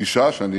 אישה שאני